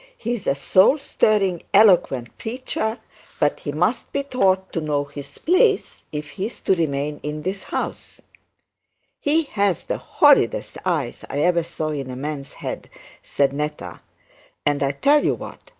he is a soul-stirring, eloquent preacher but he must be taught to know his place if he is to remain in this house he has the horridest eyes i ever saw in a man's head said netta and i tell you what,